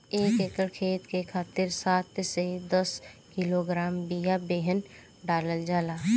एक एकर खेत के खातिर सात से दस किलोग्राम बिया बेहन डालल जाला?